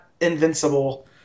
invincible